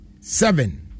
seven